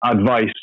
advice